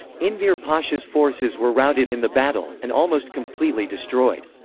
enver pasha's forces were routed in the battle, and almost completely destroyed.